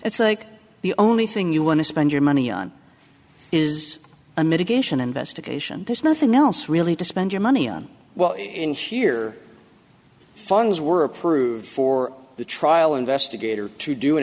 it's like the only thing you want to spend your money on is a mitigation investigation there's nothing else really to spend your money on well in sheer funds were approved for the trial investigator to do an